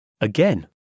Again